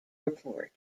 report